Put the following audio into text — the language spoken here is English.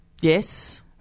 Yes